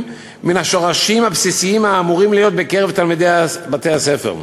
מן השורשים הבסיסיים האמורים להיות בקרב תלמידי בתי-הספר.